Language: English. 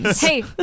Hey